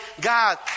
God